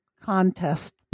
contest